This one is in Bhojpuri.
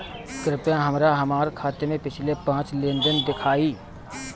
कृपया हमरा हमार खाते से पिछले पांच लेन देन दिखाइ